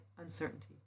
uncertainty